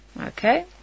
Okay